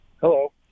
Hello